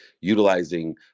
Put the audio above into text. utilizing